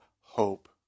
hope